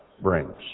brings